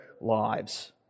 lives